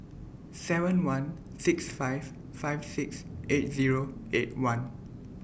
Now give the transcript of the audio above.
seven one six five five six eight Zero eight one